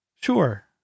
sure